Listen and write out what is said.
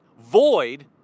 void